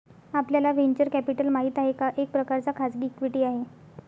आपल्याला venture capital माहित आहे, हा एक प्रकारचा खाजगी इक्विटी आहे